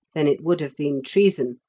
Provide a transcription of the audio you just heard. then it would have been treason.